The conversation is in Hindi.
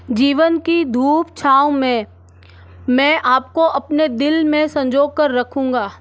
जीवन की धूप छाँव में मैं आपको अपने दिल में संजोकर रखूँगा